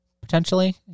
potentially